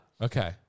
Okay